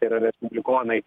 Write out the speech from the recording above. tai yra respublikonai